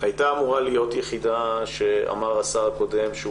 שהייתה אמורה להיות יחידה שאמר השר הקודם שהוא